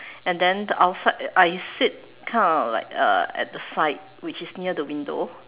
and then the outside I sit kind of like uh at the side which is near the window